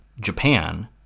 japan